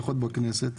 בכנסת?